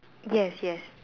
yes yes